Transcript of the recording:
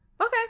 Okay